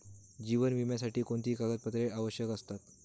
जीवन विम्यासाठी कोणती कागदपत्रे आवश्यक असतात?